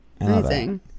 Amazing